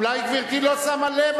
אולי גברתי לא שמה לב,